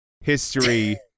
history